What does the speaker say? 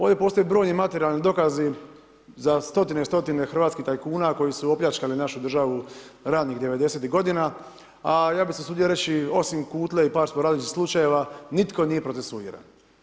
Ovdje postoje brojni materijalni dokazi za stotine i stotine hrvatskih tajkuna koji su opljačkali našu državu, ranih '90. g. a ja bi se usudio reći, osim Kutle i … različitih slučajeva, nitko nije procesuiran.